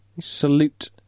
Salute